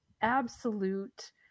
absolute